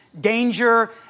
danger